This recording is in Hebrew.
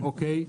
אוקי,